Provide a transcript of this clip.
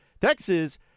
Texas